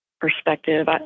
perspective